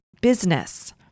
business